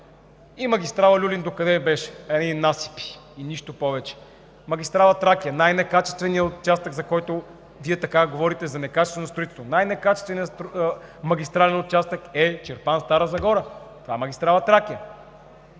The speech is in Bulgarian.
магистрала „Люлин“ докъде беше – едни насипи и нищо повече; магистрала „Тракия“ – най некачественият участък, за който Вие говорите за некачествено строителство. Най-некачественият магистрален участък е Чирпан – Стара Загора, това е магистрала „Тракия“.